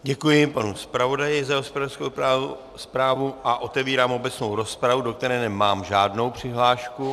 Děkuji panu zpravodaji za zpravodajskou zprávu a otevírám obecnou rozpravu, do které nemám žádnou přihlášku.